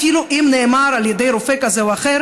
אפילו אם נאמר על ידי רופא כזה או אחר